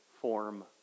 form